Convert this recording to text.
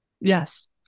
Yes